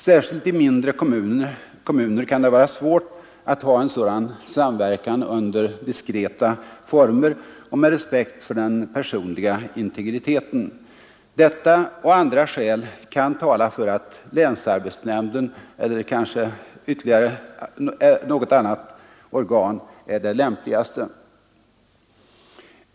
Särskilt i mindre kommuner kan det vara svårt att ha en sådan samverkan under diskreta former och med respekt för den personliga integriteten. Detta och andra skäl kan tala för att länsarbetsnämnden eller kanske något tredje organ är det lämpligaste.